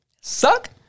Suck